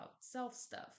self-stuff